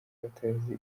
batazi